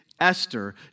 Esther